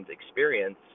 experience